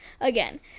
again